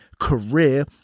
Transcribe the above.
career